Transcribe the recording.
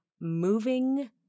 moving